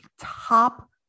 top